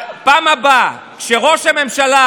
בפעם הבאה שראש הממשלה